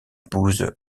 épouse